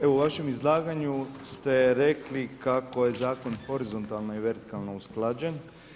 Evo u vašem izlaganju ste rekli kako je zakon horizontalno i vertikalno usklađen.